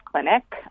Clinic